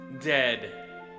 dead